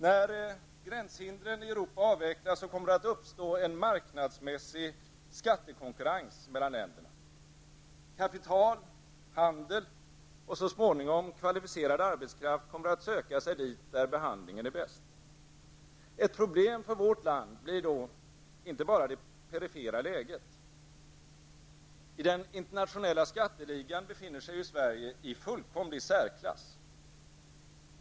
När gränshindren i Europa avvecklas kommer det att uppstå en marknadsmässig skattekonkurrens mellan länderna. Kapital, handel och så småningom även kvalificerad arbetskraft kommer att söka sig dit där behandlingen är bäst. Ett problem för vårt land blir då inte bara det perifera läget. I den internationella skatteligan befinner sig ju Sverige i fullkomlig särklass.